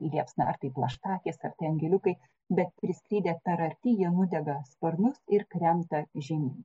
į liepsną ar tai plaštakės ar tai angeliukai bet priskridę per arti jie nudega sparnus ir krenta žemyn